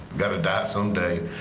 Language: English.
gotta die some day.